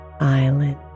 island